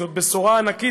זאת בשורה ענקית.